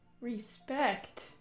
respect